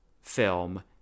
film